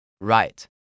Right